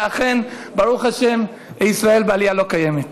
ואכן, ברוך השם, ישראל בעלייה לא קיימת,